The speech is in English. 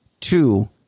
two